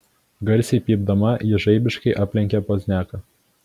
garsiai pypdama ji žaibiškai aplenkė pozniaką